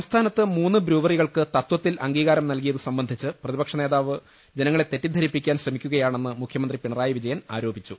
സംസ്ഥാനത്ത് മൂന്ന് ബ്രൂവറികൾക്ക് തത്വത്തിൽ അംഗീകാരം നൽകിയത് സംബന്ധിച്ച് പ്രതിപക്ഷനേതാവ് ജനങ്ങളെ തെറ്റിദ്ധരിപ്പിക്കാൻ ശ്രമിക്കുകയാണെന്ന് മുഖ്യമന്ത്രി പിണറായി വിജയൻ ആരോപിച്ചു